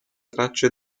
tracce